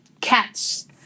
cats